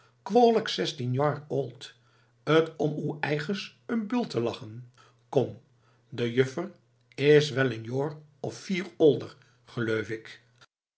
old t om oe eiges n bult te lachen kom de juffer is wel een joar of vief older geleuf ik